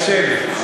קשה לי,